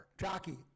jockey